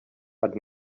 but